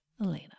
Elena